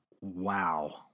Wow